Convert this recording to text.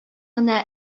гына